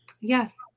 Yes